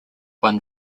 won